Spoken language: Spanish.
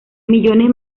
millones